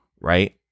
Right